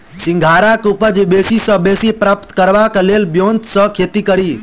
सिंघाड़ा केँ उपज बेसी सऽ बेसी प्राप्त करबाक लेल केँ ब्योंत सऽ खेती कड़ी?